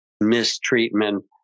mistreatment